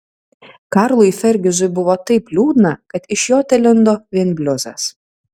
karlui fergizui buvo taip liūdna kad iš jo telindo vien bliuzas